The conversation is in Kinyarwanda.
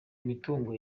imitungo